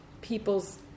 people's